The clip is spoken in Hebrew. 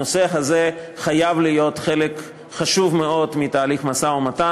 הנושא הזה חייב להיות חלק חשוב מאוד מתהליך המשא-ומתן.